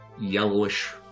yellowish